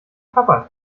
papa